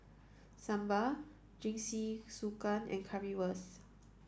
Sambar Jingisukan and Currywurst